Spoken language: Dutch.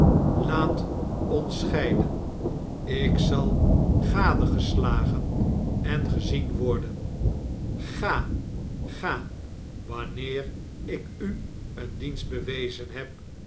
laat ons scheiden ik zal gadegeslagen en gezien worden ga ga wanneer ik u een dienst bewezen heb